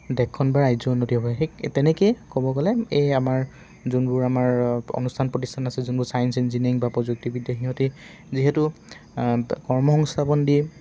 দেশখন বা ৰাজ্যৰ উন্নতি হ'ব পাৰে সেই তেনেকৈয়ে ক'ব গ'লে এই আমাৰ যোনবোৰ আমাৰ অনুষ্ঠান প্ৰতিষ্ঠান আছে যোনবোৰ চায়েন্স ইঞ্জিনিয়াৰিং বা প্ৰযুক্তিবিদ্যা সিহঁতি যিহেতু কৰ্মসংস্থাপন দিয়ে